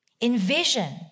envision